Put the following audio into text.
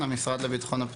המשטרה.